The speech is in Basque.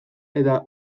eta